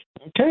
Okay